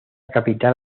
capital